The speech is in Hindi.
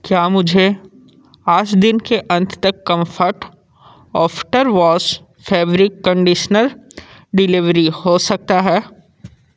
क्या मुझे आज दिन के अंत तक comfort after wash fabric conditioner delivery हो सकती है